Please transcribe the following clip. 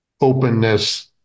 openness